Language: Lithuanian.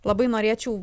labai norėčiau